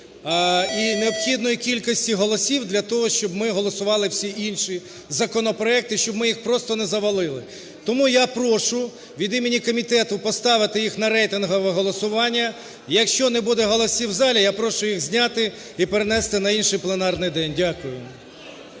і необхідної кількості голосів для того, щоб ми голосували всі інші законопроекти, щоб ми їх просто не завалили. Тому я прошу від імені комітету постановити їх на рейтингове голосування. Якщо не буде голосів в залі, я прошу їх зняти і перенести на інший пленарний день. Дякую.